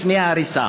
לפני ההריסה.